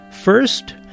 First